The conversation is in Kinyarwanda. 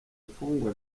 mfungwa